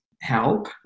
help